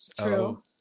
True